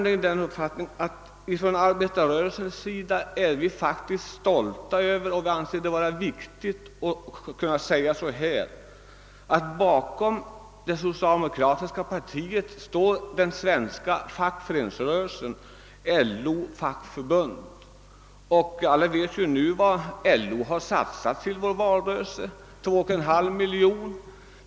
Inom arbetarrörelsen är vi nämligen stolta över att kunna säga att bakom det socialdemokratiska partiet står den svenska fackföreningsrörelsen, fackförbunden och LO. Alla vet ju också att LO har satsat 2,9 miljoner till valrörelsen.